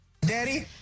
Daddy